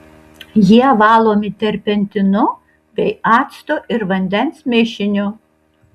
jie valomi terpentinu bei acto ir vandens mišiniu